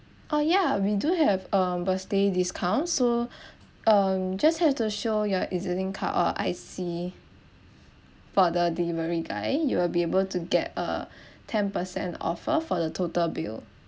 oh yeah we do have um birthday discount so um just have to show your E_Z link card or I_C for the delivery guy you will be able to get a ten percent offer for the total bill